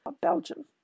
Belgium